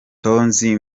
tonzi